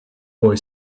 boy